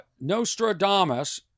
Nostradamus